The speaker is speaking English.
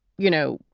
you know,